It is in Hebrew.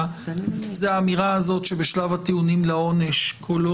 זו האמירה הזאת שבשלב הטיעונים לעונש קולו